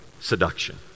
seduction